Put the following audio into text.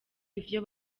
ivyo